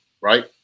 right